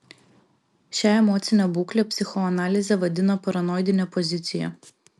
šią emocinę būklę psichoanalizė vadina paranoidine pozicija